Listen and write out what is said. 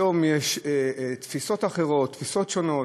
היום יש תפיסות אחרות, תפיסות שונות.